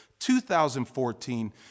2014